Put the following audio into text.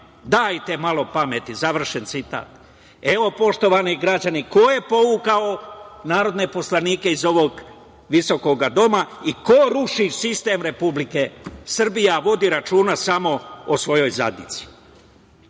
Dajte malo pameti.“ Završen citat. Evo, poštovani građani, ko je povukao narodne poslanike iz ovog visokog Doma i ko ruši sistem Republike Srbije, a vodi računa samo o svojoj zadnjici. Đilas